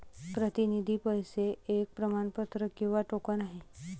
प्रतिनिधी पैसे एक प्रमाणपत्र किंवा टोकन आहे